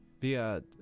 via